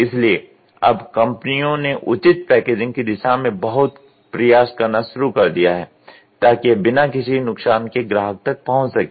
इसलिए अब कंपनियों ने उचित पैकेजिंग की दिशा में बहुत प्रयास करना शुरू कर दिया है ताकि यह बिना किसी नुकसान के ग्राहक तक पहुंच सके